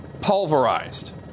pulverized